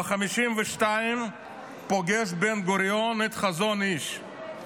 ב-1952 פוגש בן-גוריון את חזון איש.